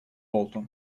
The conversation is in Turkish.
oldu